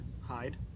hide